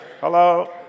Hello